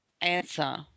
answer